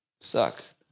sucks